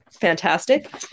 fantastic